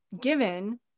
given